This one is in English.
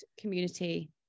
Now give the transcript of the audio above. community